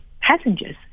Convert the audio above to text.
passengers